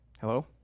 Hello